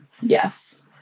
Yes